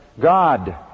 God